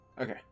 Okay